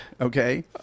okay